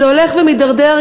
וזה הולך ומידרדר.